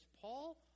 Paul